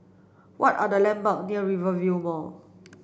what are the landmark near Rivervale Mall